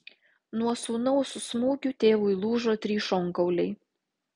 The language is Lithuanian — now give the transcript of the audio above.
nuo sūnaus smūgių tėvui lūžo trys šonkauliai